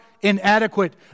inadequate